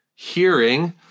hearing